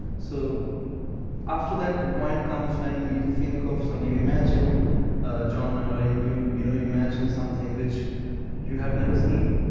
so after that, the point comes when you think of something. you imagine a genre. um you you know you imagine something which you have never seen,